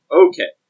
okay